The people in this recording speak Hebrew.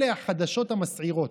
אלה החדשות המסעירות.